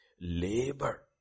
Labor